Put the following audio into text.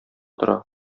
тора